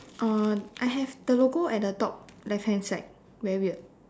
uh I have the logo at the top left hand side very weird